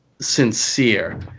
sincere